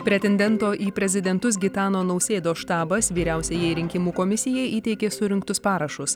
pretendento į prezidentus gitano nausėdos štabas vyriausiajai rinkimų komisijai įteikė surinktus parašus